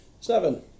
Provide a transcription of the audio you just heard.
Seven